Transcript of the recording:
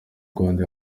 rwanda